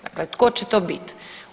Dakle, tko će to biti?